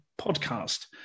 podcast